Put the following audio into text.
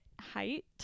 height